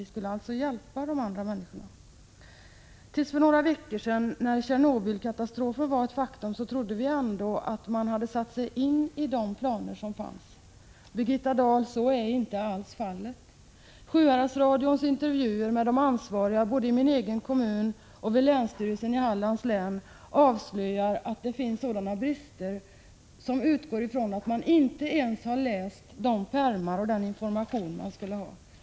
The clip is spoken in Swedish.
Vi skulle alltså hjälpa de andra människorna. Ända tills för några veckor sedan -— till dess att Tjernobylkatastrofen var ett faktum — trodde vi att man hade satt sig in i de planer som fanns. Men, Birgitta Dahl, så var inte alls fallet! Radio Sjuhärads intervjuer med ansvariga, både inom Marks kommun och på länsstyrelsen i Hallands län, avslöjar att det finns brister som är av den arten att man utgår från att de ansvariga inte ens gått igenom de pärmar eller läst den information som man skulle ha tagit del av.